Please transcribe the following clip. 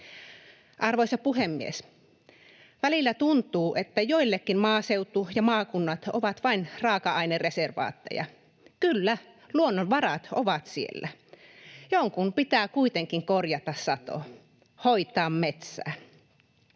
Arvoisa puhemies! Välillä tuntuu, että joillekin maaseutu ja maakunnat ovat vain raaka-ainereservaatteja. Kyllä, luonnonvarat ovat siellä. Jonkun pitää kuitenkin korjata sato, hoitaa metsää.